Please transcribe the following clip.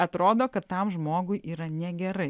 atrodo kad tam žmogui yra negerai